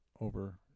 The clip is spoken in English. over